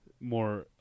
more